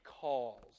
calls